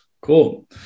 Cool